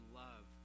love